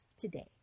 today